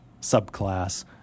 subclass